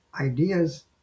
ideas